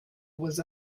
was